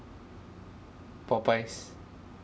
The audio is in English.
popeye's